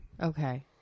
Okay